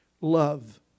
love